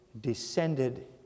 descended